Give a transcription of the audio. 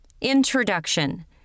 Introduction